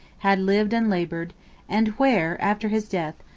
had lived and labored and where, after his death,